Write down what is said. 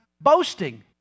boasting